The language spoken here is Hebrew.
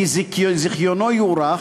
כי זיכיונו יוארך,